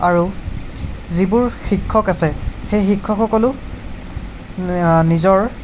আৰু যিবোৰ শিক্ষক আছে সেই শিক্ষকসকলো নিজৰ